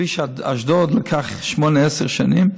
כפי שאשדוד לקח שמונה, עשר שנים,